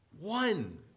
One